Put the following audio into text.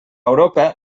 europa